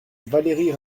valérie